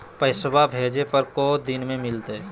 पैसवा भेजे पर को दिन मे मिलतय?